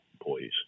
employees